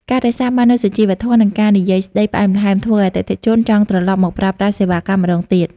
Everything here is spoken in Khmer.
ការរក្សាបាននូវសុជីវធម៌ និងការនិយាយស្ដីផ្អែមល្ហែម ធ្វើឱ្យអតិថិជនចង់ត្រឡប់មកប្រើប្រាស់សេវាកម្មម្ដងទៀត។